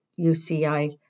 UCI